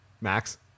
Max